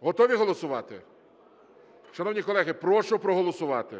Готові голосувати? Шановні колеги, прошу проголосувати.